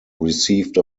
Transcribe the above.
received